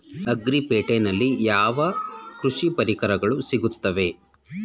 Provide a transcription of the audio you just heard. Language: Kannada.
ಅಗ್ರಿ ಪೇಟೆನಲ್ಲಿ ಯಾವ ಯಾವ ಕೃಷಿ ಪರಿಕರಗಳು ಸಿಗುತ್ತವೆ?